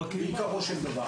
בעיקרו של דבר.